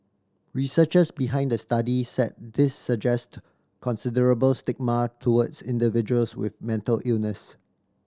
researchers behind the study said this suggest considerable stigma towards individuals with mental illness